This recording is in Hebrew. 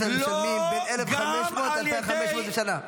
האלה משלמים בין 1,500 ל-2,500 בשנה,